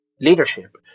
leadership